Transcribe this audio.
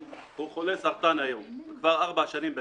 הוא חולה סרטן היום, נמצא כבר ארבע שנים בטיפולים.